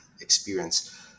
experience